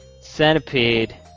Centipede